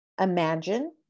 imagine